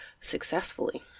successfully